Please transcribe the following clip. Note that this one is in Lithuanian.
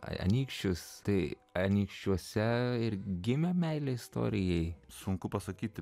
anykščius tai anykščiuose ir gimė meilė istorijai sunku pasakyti